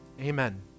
Amen